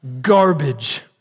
Garbage